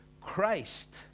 Christ